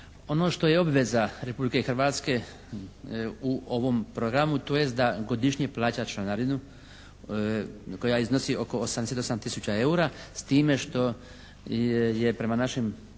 Ono što je obveza Republike Hrvatske u ovom programu tj. da godišnje plaća članarinu koja iznosi oko 88 tisuća EUR-a s time što je prema našem